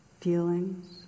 Feelings